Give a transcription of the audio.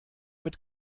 mit